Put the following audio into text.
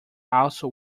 also